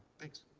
thanks,